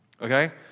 Okay